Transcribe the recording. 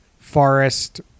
forest